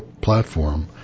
platform